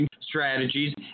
strategies